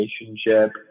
relationship